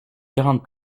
grandes